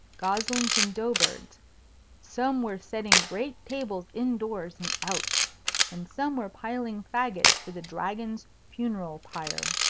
goslings and dough-birds some were setting great tables in-doors and out and some were piling fagots for the dragon's funeral pyre.